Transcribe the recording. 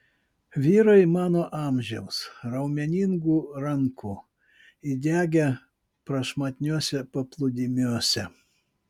vyrai mano amžiaus raumeningų rankų įdegę prašmatniuose paplūdimiuose